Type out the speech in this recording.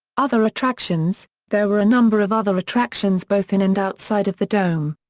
other attractions there were a number of other attractions both in and outside of the dome.